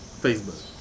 Facebook